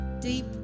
deep